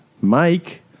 Mike